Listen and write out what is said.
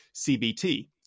CBT